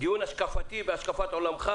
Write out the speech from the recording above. דיון על השקפת עולמך